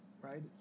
Right